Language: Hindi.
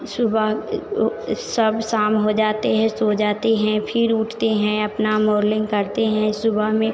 सुबह सब शाम हो जाती है सो जाते हैं फिर उठते हैं अपना मोलिंग करते हैं सुबह में